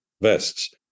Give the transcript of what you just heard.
vests